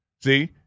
See